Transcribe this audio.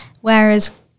whereas